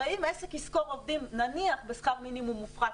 הרי אם עסק ישכור עובדים נניח בשכר מינימום מופחת,